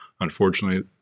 Unfortunately